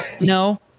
no